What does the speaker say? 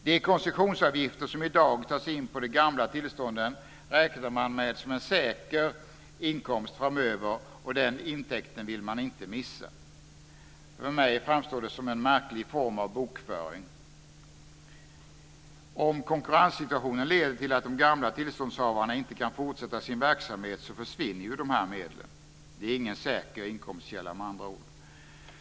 De koncessionsavgifter som i dag tas in på de gamla tillstånden räknar man med som en säker inkomst framöver, och den intäkten vill man inte missa. För mig framstår det som en märklig form av bokföring, för om konkurrenssituationen leder till att de gamla tillståndshavarna inte kan fortsätta sin verksamhet så försvinner ju dessa medel. Det är med andra ord ingen säker inkomstkälla.